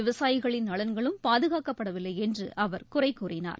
விவசாயிகளின் நலன்களும் பாதுகாக்கப்படவில்லை என்று அவர் குறை கூறினார்